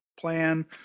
plan